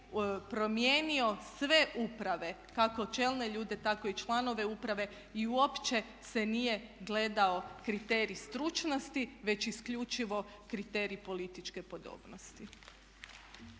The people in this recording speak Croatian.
promijenio sve uprave kako čelne ljude tako i članove uprave i uopće se nije gledao kriterij stručnosti već isključivo kriterij političke podobnosti.